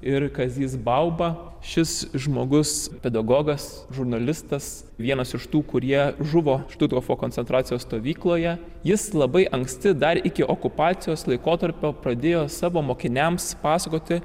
ir kazys bauba šis žmogus pedagogas žurnalistas vienas iš tų kurie žuvo štuthofo koncentracijos stovykloje jis labai anksti dar iki okupacijos laikotarpio pradėjo savo mokiniams pasakoti